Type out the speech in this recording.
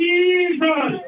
Jesus